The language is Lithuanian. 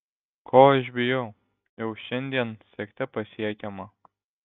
ko aš bijau jau šiandien siekte pasiekiama